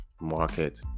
market